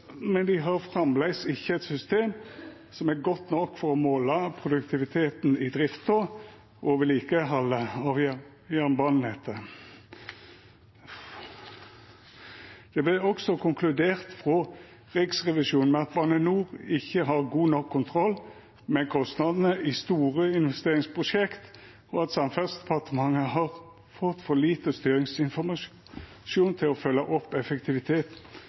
men dei har framleis ikkje eit system som er godt nok for å måla produktiviteten i drifta og vedlikehaldet av jernbanenettet. Det vert også konkludert frå Riksrevisjonen med at Bane NOR ikkje har god nok kontroll med kostnadene i store investeringsprosjekt, og at Samferdselsdepartementet har fått for lite styringsinformasjon til å følgja opp